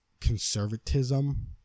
conservatism